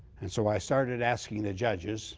and so i started asking the judges